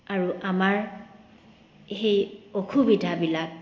আৰু আমাৰ সেই অসুবিধাবিলাক